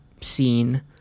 scene